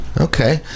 Okay